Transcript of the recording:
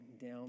down